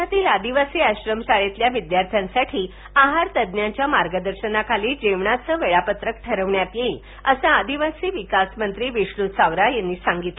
राज्यातील आदिवासी आश्रमशाळेतील विद्यार्थ्यांसाठी आहार तज्ज्ञांच्या मार्गदर्शनाखाली जेवणाचे वेळापत्रक ठरविण्यात येईल असे आदिवासी विकास मंत्री विष्णू सवरा यांनी सांगितले